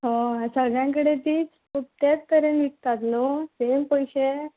हय सगळ्यां कडेन तिच त्याच तरेन विकतात न्हू सेम पयशें